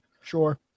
Sure